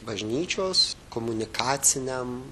bažnyčios komunikaciniam